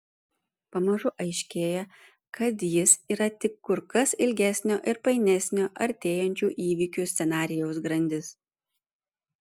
pamažu aiškėja kad jis yra tik kur kas ilgesnio ir painesnio artėjančių įvykių scenarijaus grandis